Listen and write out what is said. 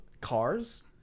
Cars